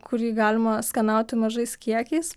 kurį galima skanauti mažais kiekiais